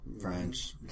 French